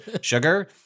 sugar